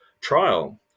trial